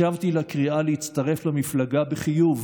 השבתי לקריאה להצטרף למפלגה בחיוב,